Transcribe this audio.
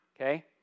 okay